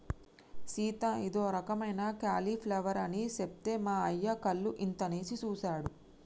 సీత ఇదో రకమైన క్యాలీఫ్లవర్ అని సెప్తే మా అయ్య కళ్ళు ఇంతనేసి సుసాడు